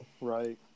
right